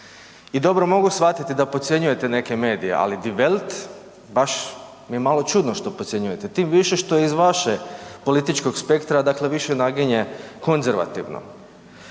I dobro, mogu shvatiti da podcjenjujete neke medije, ali Die Welt baš mi je malo čudno što podcjenjujete, tim više što je iz vaše političkog spektra, dakle više naginje konzervativno.